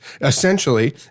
essentially